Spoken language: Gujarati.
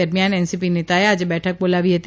દરમિયાન એનસીપી નેતાએ આજે એક બેઠક બોલાવી છે